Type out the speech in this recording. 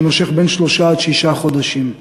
שיימשך בין שלושה לשישה חודשים.